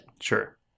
Sure